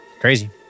Crazy